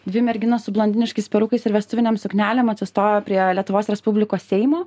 dvi merginos su blondiniškais perukais ir vestuvinėm suknelėm atsistojo prie lietuvos respublikos seimo